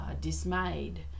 dismayed